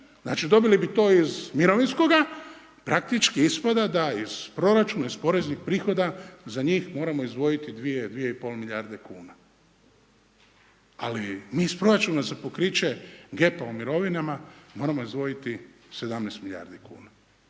dobili bi to iz mirovinskoga i praktički ispada da iz proračuna iz poreznih prihoda za njih moramo izdvojiti 2, 2 i pol milijarde kuna. Ali mi iz proračuna za pokriće … u mirovinama moramo izdvojiti 17 milijardi kuna.